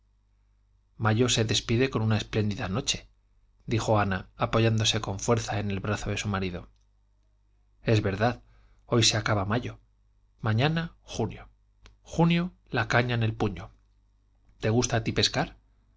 mayo se despide con una espléndida noche dijo ana apoyándose con fuerza en el brazo de su marido es verdad hoy se acaba mayo mañana junio junio la caña en el puño te gusta a ti pescar